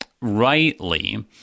rightly